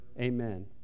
Amen